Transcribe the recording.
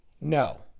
No